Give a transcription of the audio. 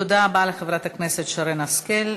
תודה רבה לחברת הכנסת שרן השכל.